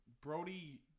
Brody